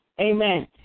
Amen